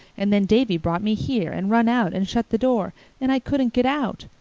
and then davy brought me here and run out and shut the door and i couldn't get out.